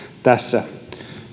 tässä